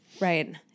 Right